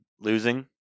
losing